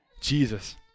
Jesus